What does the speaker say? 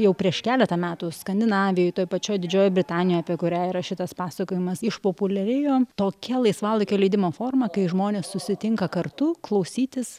jau prieš keletą metų skandinavijoj toj pačioj didžiojoj britanijoj apie kurią yra šitas pasakojimas išpopuliarėjo tokia laisvalaikio leidimo forma kai žmonės susitinka kartu klausytis